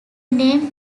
name